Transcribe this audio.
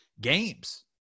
games